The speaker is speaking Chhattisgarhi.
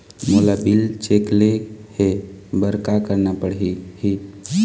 मोला बिल चेक ले हे बर का करना पड़ही ही?